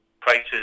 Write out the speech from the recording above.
prices